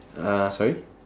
uh sorry